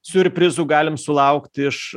siurprizų galim sulaukti iš